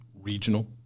regional